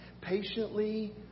Patiently